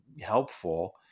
helpful